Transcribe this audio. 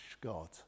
God